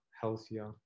healthier